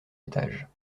étage